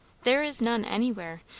there is none anywhere,